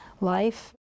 life